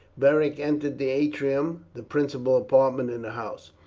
beric entered the atrium, the principal apartment in the house.